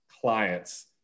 clients